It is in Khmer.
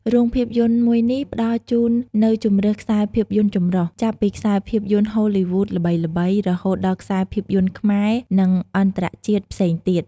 រោងភាពយន្តមួយនេះផ្តល់ជូននូវជម្រើសខ្សែភាពយន្តចម្រុះ ចាប់ពីខ្សែភាពយន្តហូលីវូដល្បីៗ រហូតដល់ខ្សែភាពយន្តខ្មែរ និងអន្តរជាតិផ្សេងទៀត។